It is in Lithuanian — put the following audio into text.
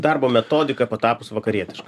darbo metodika patapus vakarietiška